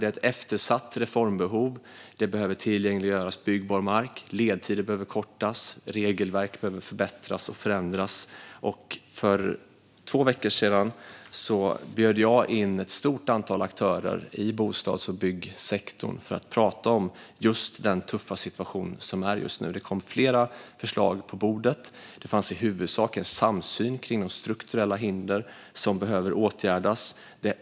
Det finns ett eftersatt reformbehov. Byggbar mark behöver tillgängliggöras, ledtider behöver kortas, regelverk behöver förbättras och förändras. För två veckor sedan bjöd jag in ett stort antal aktörer i bostads och byggsektorn för att prata om just den tuffa situation som är just nu. Det kom flera förslag på bordet. Det fanns i huvudsak en samsyn kring de strukturella hinder som behöver åtgärdas.